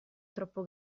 troppo